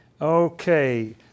Okay